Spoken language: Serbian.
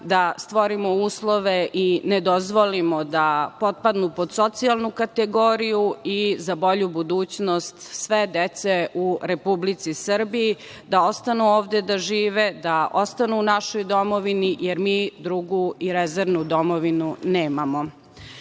da stvorimo uslove i ne dozvolimo da potpadnu pod socijalnu kategoriju i za bolju budućnost sve dece u Republici Srbiji, da ostanu ovde da žive, da ostanu u našoj domovini, jer mi drugu i rezervnu domovinu nemamo. Pravni